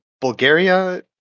bulgaria